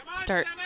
start